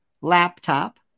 laptop